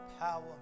power